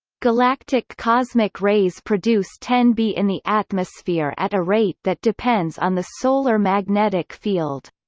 galactic cosmic rays produce ten be in the atmosphere at a rate that depends on the solar magnetic field.